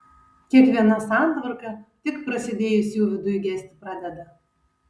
kiekviena santvarka tik prasidėjus jau viduj gesti pradeda